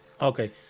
Okay